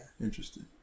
Interesting